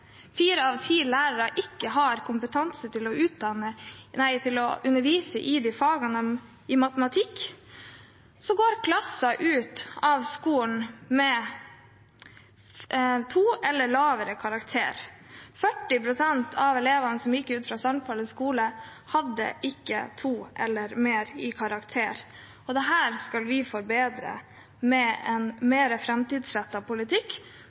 fire av ti lærere ikke har kompetanse til å undervise i matematikk, går klasser ut av skolen med karakteren 2 eller lavere. 40 pst. av elevene som gikk ut av Sandfallet skole, hadde ikke 2 eller høyere i karakter. Dette skal vi forbedre med en mer framtidsrettet politikk